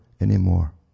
anymore